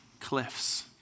cliffs